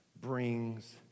brings